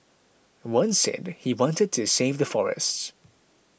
one said he wanted to save the forests